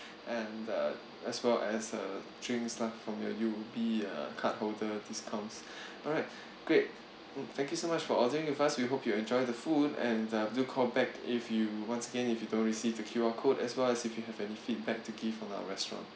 and uh as well as uh drinks lah from your U_O_B uh card holder discounts alright great thank you so much for ordering with us we hope you enjoy the food and uh do call back if you once again if you don't receive the Q_R code as well as if you have any feedback to give on our restaurant